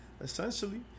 essentially